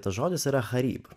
tas žodis yra harib